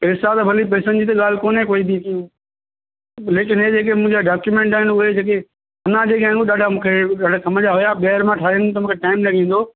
पैसा त भली पैसनि जी त ॻाल्हि कोन्हे कोई वधीक लेकिन इहे जेके मुंहिंजा डॉक्युमैंटस आहिनि उहे जेके हुना जे जहिड़ो ॾाढा मूंखे ॾाढा कमु जा हुया ॿीहर मां ठाहियां त मूंखे टाइम लॻी वेंदो